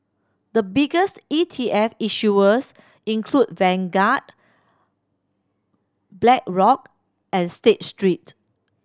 the biggest E T F issuers include Vanguard Blackrock and State Street